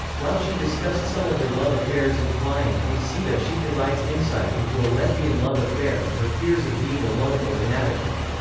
while she discussed some of her love affairs in flying, in sita she provides insight into a lesbian love affair and her fears of being alone or inadequate.